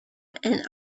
and